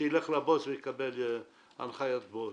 שילך לבוס ויקבל הנחיית בוס.